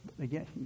Again